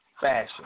fashion